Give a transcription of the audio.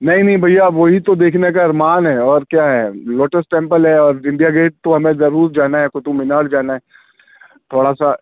نہیں نہیں بھیا وہی تو دیکھنے کا ارمان ہے اور کیا ہے لوٹس ٹیمپل ہے اور انڈیا گیٹ تو ہمیں ضرور جانا ہے قُطب مینار جانا ہے تھوڑا سا